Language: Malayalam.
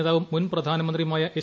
നേതാവും മുൻ പ്രധാനമന്ത്രിയുമായ എച്ച്